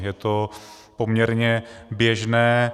Je to poměrně běžné.